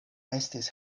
estis